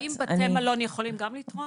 האם גם בתי מלון יכולים לתרום?